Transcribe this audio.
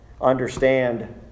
understand